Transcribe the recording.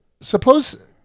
suppose